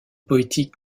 poétique